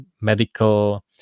medical